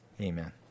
Amen